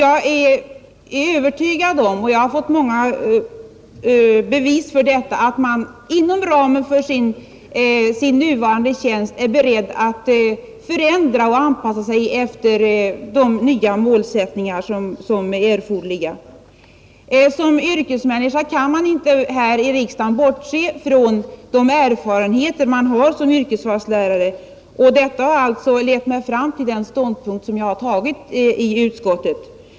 Jag är övertygad om, och jag har fått många bevis för detta, att man inom ramen av sin nuvarande tjänst är beredd att förändra och anpassa efter de nya målsättningar som är erforderliga. Som yrkesmänniska kan man inte här i riksdagen bortse från de erfarenheter man har som yrkesvalslärare. Detta har lett mig fram till den ståndpunkt som jag har tagit i utskottet.